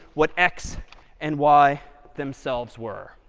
what x and y themselves were.